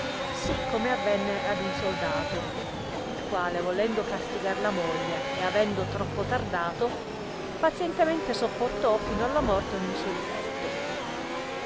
sì come avenne ad un soldato il quale volendo castigar la moglie e avendo troppo tardato pazientemente sopportò fino alla morte ogni suo difi